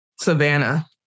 Savannah